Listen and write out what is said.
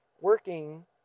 working